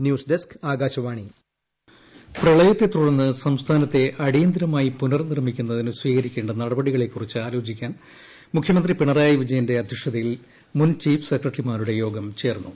ട്ടടടടടട മുഖ്യമന്ത്രി ചീഫ്സെക്രട്ടറി പ്രളയത്തെത്തുടർന്ന് സംസ്ഥാനത്തെ അടിയന്തരമായി പുനർനിർമിക്കുന്നതിന് സ്വീകരിക്കേണ്ട നടപടികളെക്കുറിച്ച് ആലോചിക്കാൻ മുഖ്യമന്ത്രി പിണറായി വിജയന്റെ അധ്യക്ഷതയിൽ മുൻ ചീഫ് സെക്രട്ടറിമാരുടെ യോഗം ചേർന്നു